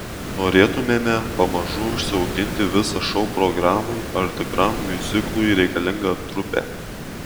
norėtumėme pamažu užsiauginti visą šou programai ar tikram miuziklui reikalingą trupę